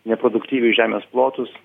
neproduktyvius žemės plotus